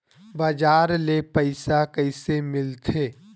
बजार ले पईसा कइसे मिलथे?